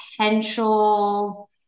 potential